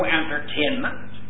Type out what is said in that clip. entertainment